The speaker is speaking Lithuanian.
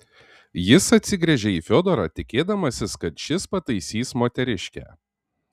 jis atsigręžė į fiodorą tikėdamasis kad šis pataisys moteriškę